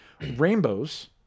rainbows